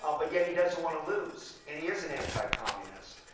ah but yet, he doesn't want to lose. and he is an anti-communist.